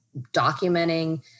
documenting